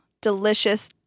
delicious